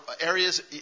areas